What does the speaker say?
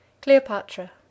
Cleopatra